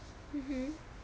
mmhmm